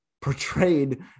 portrayed